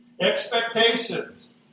Expectations